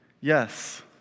yes